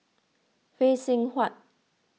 Phay Seng Whatt